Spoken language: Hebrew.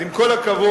אז עם כל הכבוד,